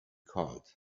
called